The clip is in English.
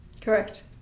Correct